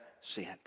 sent